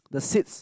the seeds